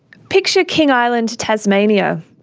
picture king island, tasmania.